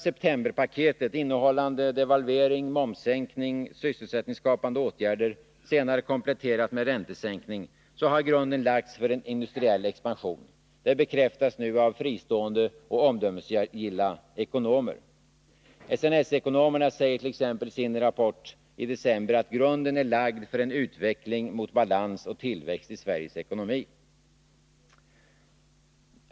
septemberpaketet innehållande devalvering, momssänkning och sysselsättningsskapande åtgärder, senare kompletterat med räntesänkning, har grunden lagts för en industriell expansion. Det bekräftas nu av fristående och omdömesgilla ekonomer. SNS-ekonomerna säger t.ex. i sin rapport i december att ”grunden är lagd för en utveckling mot balans och tillväxt i Sveriges ekonomi”.